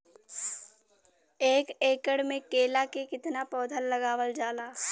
एक एकड़ में केला के कितना पौधा लगावल जाला?